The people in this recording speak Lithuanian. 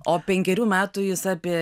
o penkerių metų jis apie